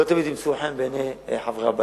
שלא תמיד ימצאו חן בעיני חברי הבית.